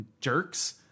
Jerks